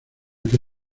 que